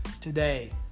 Today